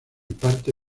parte